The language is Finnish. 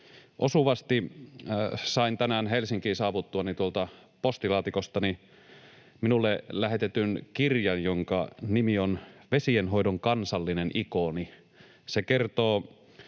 Osuvasti sain tänään Helsinkiin saavuttuani tuolta postilaatikostani minulle lähetetyn kirjan, jonka nimi on Vesienhoidon kansallinen ikoni. Se kertoo